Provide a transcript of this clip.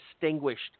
distinguished